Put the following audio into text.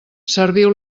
serviu